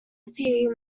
see